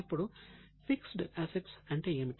ఇప్పుడు fixed assets అంటే ఏమిటి